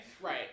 Right